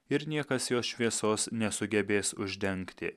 ir niekas jos šviesos nesugebės uždengti